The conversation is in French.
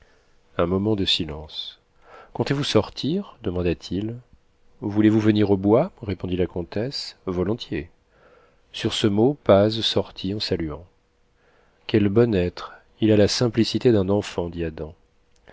un moment de silence comptez-vous sortir demanda-t-il voulez-vous venir au bois répondit la comtesse volontiers sur ce mot paz sortit en saluant quel bon être il a la simplicité d'un enfant dit